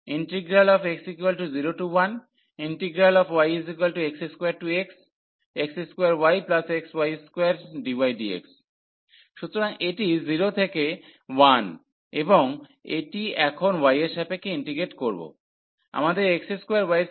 x01yx2xx2yxy2 dydx সুতরাং এটি 0 থেকে 1 এবং এটি এখন y এর সাপেক্ষে ইন্টিগ্রেট করব